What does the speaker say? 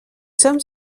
sommes